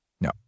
No